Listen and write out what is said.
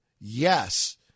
Yes